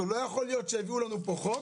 לא יכול להיות שיביאו לנו פה חוק